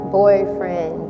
boyfriend